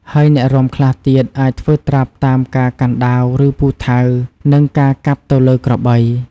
ហើយអ្នករាំខ្លះទៀតអាចធ្វើត្រាប់តាមការកាន់ដាវ ឬពូថៅ និងការកាប់ទៅលើក្របី។